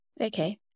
Okay